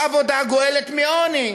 העבודה גואלת מעוני.